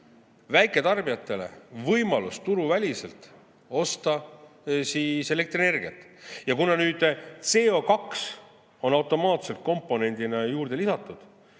väiketarbijatele võimalust turuväliselt osta elektrienergiat. Ja kuna nüüd CO2on automaatselt komponendina juurde lisatud,